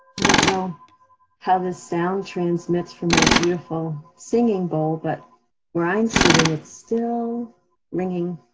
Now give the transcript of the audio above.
i don't know how this sound transmits from my beautiful singing bowl but where i'm sitting, it's still ringing.